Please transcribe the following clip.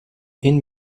این